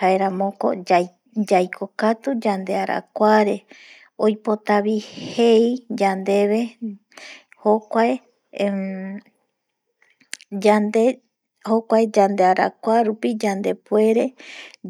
jaeramoko yaikokatu yande arakuare oipotavi jei yandeve jokuae yande jokuae yande arakua rupi yande puere